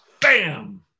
Bam